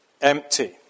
empty